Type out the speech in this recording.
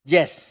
Yes